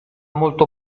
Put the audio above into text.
molto